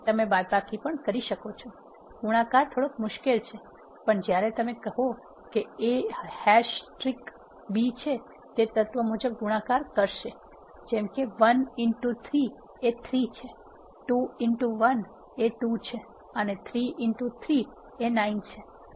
તેથી તમે બાદબાકી પણ કરી શકો છો ગુણાકાર થોડો મુશ્કેલ છે પણ જ્યારે તમે કહો છો કે A હેશ ટ્રિક B છે તે તત્વ મુજબ ગુણાકાર કરશે જેમ કે 1 3 એ 3 છે 2 1 એ 2 છે અને 3 3 એ 9 છે